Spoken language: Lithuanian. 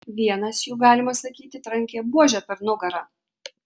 vienas jų galima sakyti trankė buože per nugarą